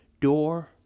door